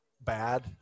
bad